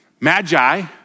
Magi